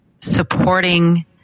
supporting